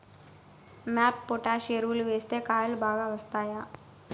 MOP potash ఎరువులు వేస్తే కాయలు బాగా వస్తాయా?